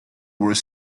were